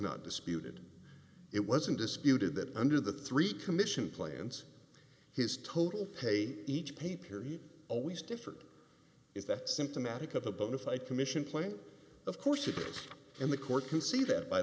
not disputed it wasn't disputed that under the three commission plans his total pay each pay period always differed is that symptomatic of a bonafide commission playing of course abuse and the court can see that by